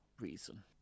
reason